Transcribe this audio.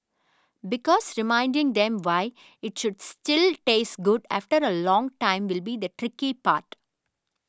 because reminding them why it should still taste good after a long time will be the tricky part